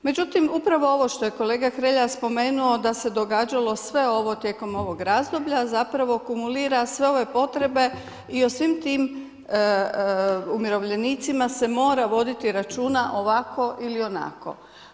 Međutim, upravo ovo što je kolega Hrelja spomenuo da se događalo sve ovo tijekom ovog razdoblja, zapravo kumulira sve ove potrebe i o svim tim umirovljenicima se mora voditi računa ovako ili onako.